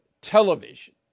television